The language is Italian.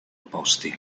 posti